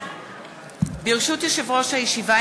ברשות יושב-ראש הישיבה,